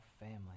family